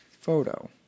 photo